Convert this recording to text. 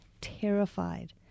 terrified